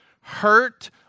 hurt